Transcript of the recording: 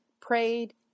prayed